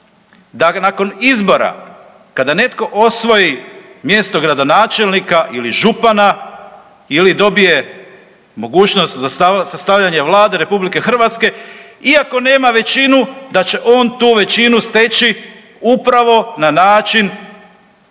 nakon izbora kada netko osvoji mjesto gradonačelnika ili župana, ili dobije mogućnost sastavljanja Vlade RH, iako nema većinu, da će on tu većinu steći upravo na način